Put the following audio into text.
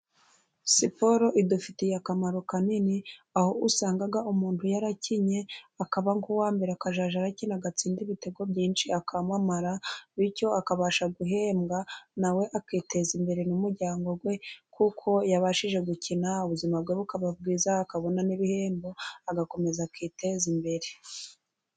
Siporo idufitiye akamaro kanini, aho usanga umuntu yarakinnye, akaba nk'uwa mbere akazajya akina agatsinda ibitego byinshi akamamara, bityo akabasha guhembwa, nawe akiteza imbere n'umuryango we, kuko yabashije gukina, ubuzima bwe bukaba bwiza akabona n'ibihembo, agakomeza akiteza imbere.